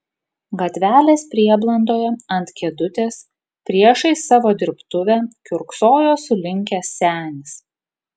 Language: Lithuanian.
gatvelės prieblandoje ant kėdutės priešais savo dirbtuvę kiurksojo sulinkęs senis